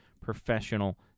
professional